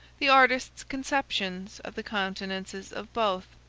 the artist's conceptions of the countenances of both.